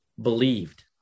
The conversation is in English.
believed